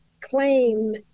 claim